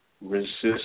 Resist